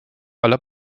aller